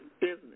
business